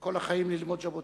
כל החיים ללמוד ז'בוטינסקי,